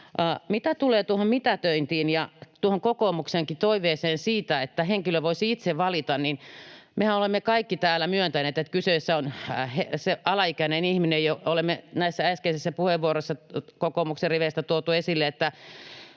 Mitä tulee tuohon mitätöintiin ja tuohon kokoomuksenkin toiveeseen siitä, että henkilö voisi itse valita, niin mehän olemme kaikki täällä myöntäneet, että kyseessä on alaikäinen ihminen, ja on näissä äskeisissä puheenvuoroissa kokoomuksen riveistä tuotu esille, että